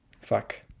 fuck